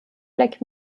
black